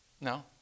No